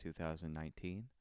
2019